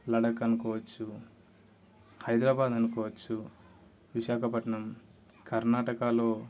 లడఖ్ అనుకోవచ్చు హైదరాబాద్ అనుకోవచ్చు విశాఖపట్నం కర్నాటకాలో